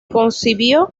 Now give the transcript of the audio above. concibió